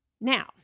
Now